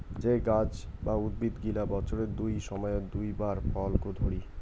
যে গাছ বা উদ্ভিদ গিলা বছরের দুই সময়ত দুই বার ফল ধরি